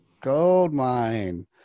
Goldmine